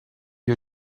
you